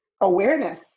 awareness